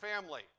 family